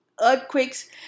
earthquakes